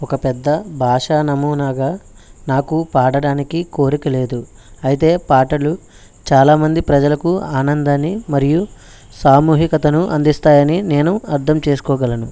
ఒక పెద్ద భాషా నమూనాగా నాకు పాడడానికి కోరిక లేదు అయితే పాటలు చాలామంది ప్రజలకు ఆనందాన్ని మరియు సామూహికతను అందిస్తాయని నేను అర్థం చేసుకోగలను